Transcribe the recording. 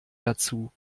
dazu